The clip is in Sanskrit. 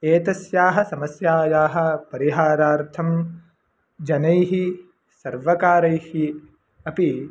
एतस्याः समस्यायाः परिहारार्थं जनैः सर्वकारैः अपि